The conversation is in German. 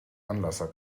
anlasser